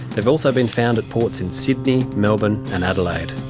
they've also been found at ports in sydney, melbourne and adelaide.